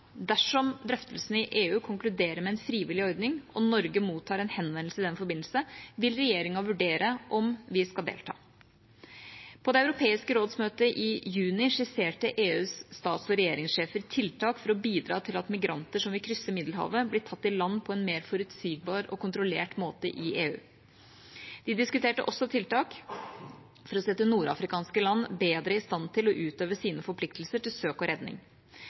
Dersom drøftelsene i EU konkluderer med en frivillig ordning og Norge mottar en henvendelse i den forbindelse, vil regjeringa vurdere om vi skal delta. På Det europeiske råds møte i juni skisserte EUs stats- og regjeringssjefer tiltak for å bidra til at migranter som vil krysse Middelhavet, blir tatt i land på en mer forutsigbar og kontrollert måte i EU. Vi diskuterte også tiltak for å sette nordafrikanske land bedre i stand til å utøve sine forpliktelser med hensyn til søk og redning.